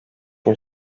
gün